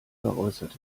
äußerte